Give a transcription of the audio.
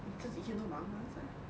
你这几天都忙吗是吗